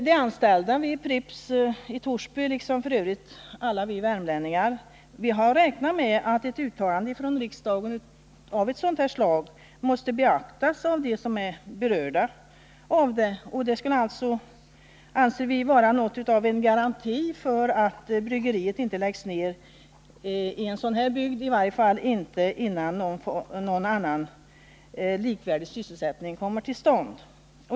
De anställda vid Pripps i Torsby, liksom f. ö. alla vi värmlänningar, har räknat med att ett uttalande från riksdagen av ett sådant slag måste beaktas av dem som är berörda av det. Det skulle alltså, anser vi, vara något av en garanti för att bryggeriet inte läggs ned i en sådan bygd, i varje fall inte förrän någon likvärdig sysselsättning kommit till stånd.